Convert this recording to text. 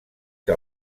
que